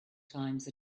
times